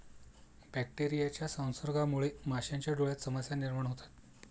बॅक्टेरियाच्या संसर्गामुळे माशांच्या डोळ्यांत समस्या निर्माण होतात